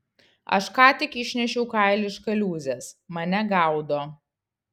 aš ką tik išnešiau kailį iš kaliūzės mane gaudo